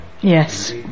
Yes